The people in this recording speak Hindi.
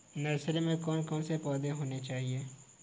नर्सरी में कौन कौन से पौधे होने चाहिए?